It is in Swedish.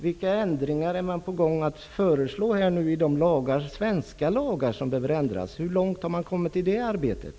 Vilka ändringar är man på gång att föreslå i de svenska lagar som behöver ändras? Hur långt har man kommit med det arbetet?